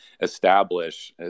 establish